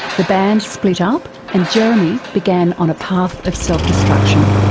the band split up and jeremy began on a path of self-destruction.